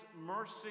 mercy